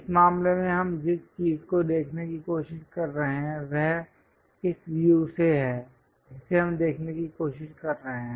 इस मामले में हम जिस चीज को देखने की कोशिश कर रहे हैं वह इस व्यू से है जिसे हम देखने की कोशिश कर रहे हैं